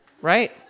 Right